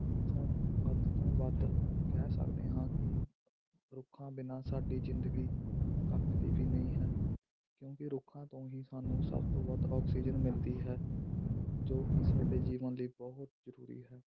ਇੱਥੋਂ ਵੱਧ ਤੋਂ ਵੱਧ ਕਹਿ ਸਕਦੇ ਹਾਂ ਕਿ ਰੁੱਖਾਂ ਬਿਨਾਂ ਸਾਡੀ ਜ਼ਿੰਦਗੀ ਕੱਖ ਦੀ ਵੀ ਨਹੀਂ ਹੈ ਕਿਉਂਕਿ ਰੁੱਖਾਂ ਤੋਂ ਹੀ ਸਾਨੂੰ ਸਭ ਤੋਂ ਵੱਧ ਔਕਸੀਜਨ ਮਿਲਦੀ ਹੈ ਜੋ ਕਿ ਸਾਡੇ ਜੀਵਨ ਲਈ ਬਹੁਤ ਜ਼ਰੂਰੀ ਹੈ